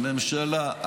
הממשלה,